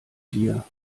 dir